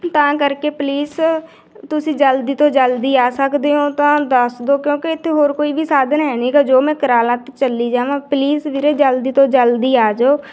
ਤਾਂ ਕਰਕੇ ਪਲੀਜ਼ ਤੁਸੀਂ ਜਲਦੀ ਤੋਂ ਜਲਦੀ ਆ ਸਕਦੇ ਹੋ ਤਾਂ ਦੱਸਦੋ ਕਿਉਂਕਿ ਇੱਥੇ ਹੋਰ ਕੋਈ ਵੀ ਸਾਧਨ ਹੈ ਨਹੀਂ ਹੈਗਾ ਜੋ ਮੈਂ ਕਰਾਲਾਂ ਅਤੇ ਚੱਲੀ ਜਾਵਾਂ ਪਲੀਜ਼ ਵੀਰੇ ਜਲਦੀ ਤੋਂ ਜਲਦੀ ਆ ਜਾਓ